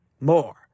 more